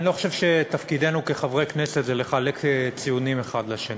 אני לא חושב שתפקידנו כחברי כנסת זה לחלק ציונים האחד לשני,